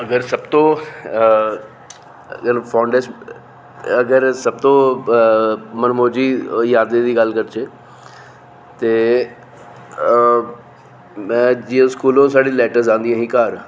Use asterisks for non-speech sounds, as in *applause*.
अगर सबतों *unintelligible* अगर सबतों मनमौजी यादें दी गल्ल करचै ते में जियां स्कूलूं साढ़ी लैटरां औंदियां हियां घर